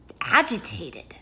agitated